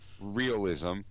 realism